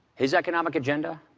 his economic agenda,